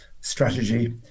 strategy